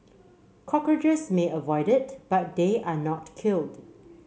cockroaches may avoid it but they are not killed